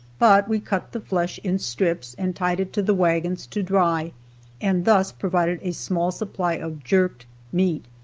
but we cut the flesh in strips and tied it to the wagons to dry and thus provided a small supply of jerked meat.